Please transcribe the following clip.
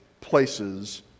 places